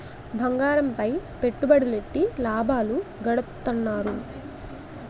బంగారంపై పెట్టుబడులెట్టి లాభాలు గడిత్తన్నారు